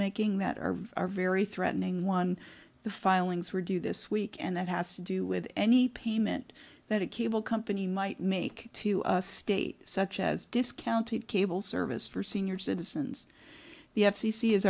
making that are very threatening one the filings were due this week and that has to do with any payment that a cable company might make to a state such as discounted cable service for senior citizens the f